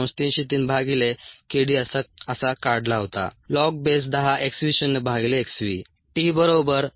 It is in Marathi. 303 भागीले k d असा काढला होता लॉग बेस 10 x v शून्य भागिले x v